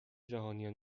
جهانیان